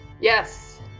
Yes